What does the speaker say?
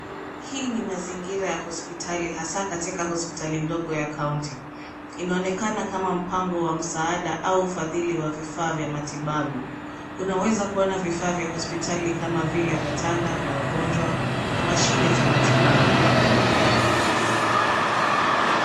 Hii ni mazingira ya hospitali hasaa katika hospitali ndogo ya kaunti. Inaonekana kama mpango wa msaada au ufadhili wa vifaa vya matibabu. Unaweza kuona vifaa vya hospitali kama vile vitanda vya wagonjwa, na mashine za matibabu.